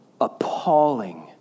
appalling